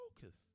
focus